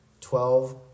twelve